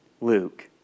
Luke